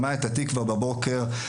שמע את התקווה בבוקר,